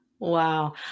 Wow